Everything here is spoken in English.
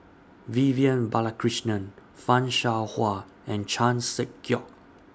Vivian Balakrishnan fan Shao Hua and Chan Sek Keong